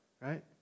right